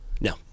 No